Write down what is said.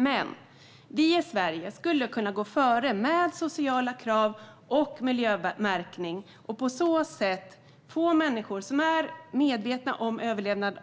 Men vi i Sverige skulle kunna gå före med sociala krav och miljömärkning och på så sätt få människor som är medvetna om att